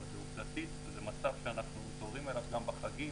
אבל זה עובדתית וזה מצב שאנחנו מתעוררים אליו גם בחגים.